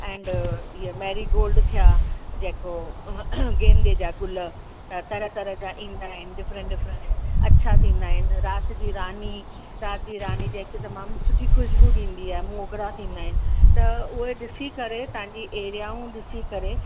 and इहे marigold थिया जेको गेंदे जा गुल तरह तरह जा ईंदा आहिनि डिफ़्रंट डिफ़्रंट अछा थींदा आहिनि राति जी रानी राति जी रानी जेकी तमामु सुठी ख़ुशबू ॾींदी आहे मोगरा थींदा आहिनि त उहे ॾिसी करे तव्हांजी एरियाऊं ॾिसी करे